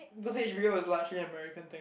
cause H_B_O is largely American thing